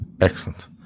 excellent